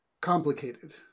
complicated